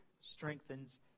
strengthens